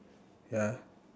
ya